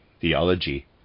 theology